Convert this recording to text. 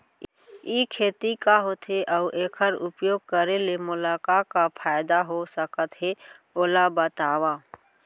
ई खेती का होथे, अऊ एखर उपयोग करे ले मोला का का फायदा हो सकत हे ओला बतावव?